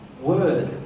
word